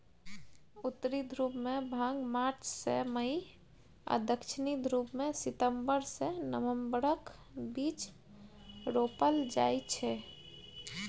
उत्तरी ध्रुबमे भांग मार्च सँ मई आ दक्षिणी ध्रुबमे सितंबर सँ नबंबरक बीच रोपल जाइ छै